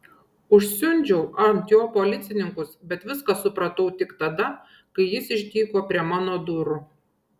užsiundžiau ant jo policininkus bet viską supratau tik tada kai jis išdygo prie mano durų